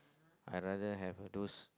I rather have those